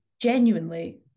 genuinely